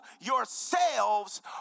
yourselves